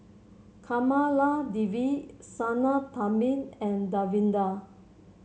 Kamaladevi Sinnathamby and Davinder